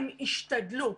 הם ישתדלו.